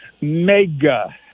mega